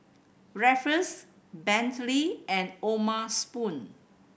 Ruffles Bentley and O'ma Spoon